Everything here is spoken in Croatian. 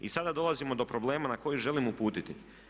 I sada dolazimo do problema na koji želim uputiti.